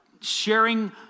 sharing